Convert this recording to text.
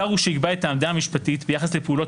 השר הוא שיקבע את העמדה המשפטית ביחס לפעולות